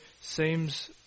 seems